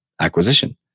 acquisition